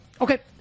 Okay